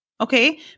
okay